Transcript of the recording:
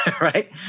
Right